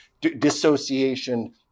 dissociation